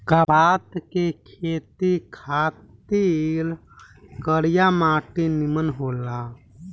कपास के खेती खातिर करिया माटी निमन होला